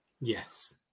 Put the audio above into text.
Yes